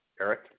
Eric